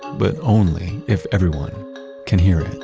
but only if everyone can hear it